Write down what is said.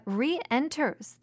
re-enters